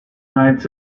nights